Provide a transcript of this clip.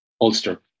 Ulster